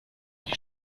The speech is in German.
die